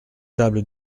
table